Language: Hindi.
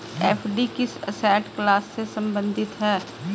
एफ.डी किस एसेट क्लास से संबंधित है?